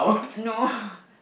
no